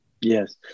Yes